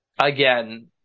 again